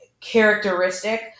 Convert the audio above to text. characteristic